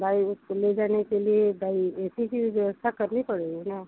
भाई उसको ले जाने के लिए भाई ए सी की भी व्यवस्था करनी पड़ेगी ना